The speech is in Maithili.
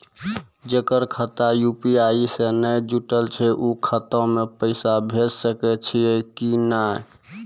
जेकर खाता यु.पी.आई से नैय जुटल छै उ खाता मे पैसा भेज सकै छियै कि नै?